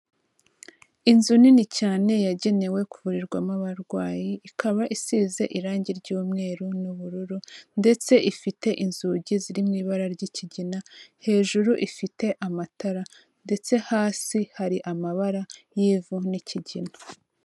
Inzu nini cyane yagenewe kuvurirwamo abarwayi, ikaba isize irangi ry'umweru n'ubururu ndetse ifite inzugi ziri mu ibara ry'ikigina, hejuru ifite amatara ndetse hasi hari amabara y'ivu n'ikigina.